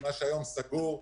מה שהיום סגור.